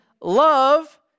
love